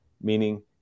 Meaning